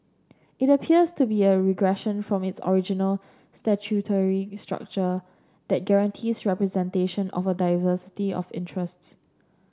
it appears to be a regression from its original statutory structure that guarantees representation of a diversity of interests